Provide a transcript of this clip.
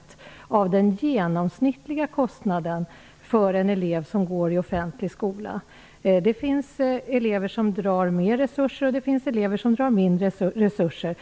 % av den genomsnittliga kostnaden för en elev som går i en offentlig skola. Det finns elever som kräver mera resurser, och det finns elever som kräver mindre resurser.